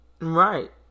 Right